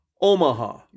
Omaha